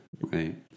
Right